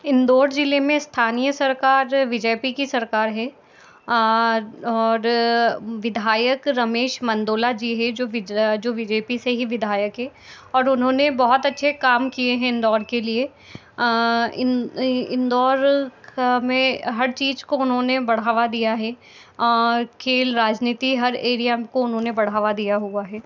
इंदौर जिले में स्थानीय सरकार जो है बी जे पी की सरकार है और विधायक रमेश मेंदोला जी हैं जो बी जे पी से ही विधायक हैं और उन्होंने बहुत अच्छे काम किए हैं इंदौर के लिए इंदौर का में हर चीज़ को उन्होंने बढ़ावा दिया है और खेल राजनीति हर एरिया को उन्होंने बढ़ावा दिया हुआ है